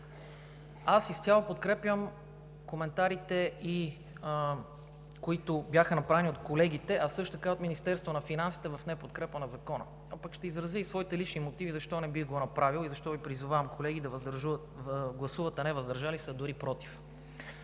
Изцяло подкрепям коментарите, които бяха направени от колегите, а също и от Министерството на финансите, в неподкрепа на Закона. Ще изразя и своите лични мотиви защо не бих го направил и защо Ви призовавам, колеги, да гласувате не „въздържал се“, а дори „против“.